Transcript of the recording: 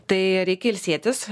tai reikia ilsėtis